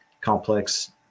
complex